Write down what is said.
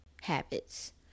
habits